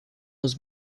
was